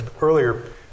earlier